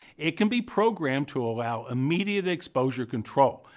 it can be programmed to allow immediate exposure control,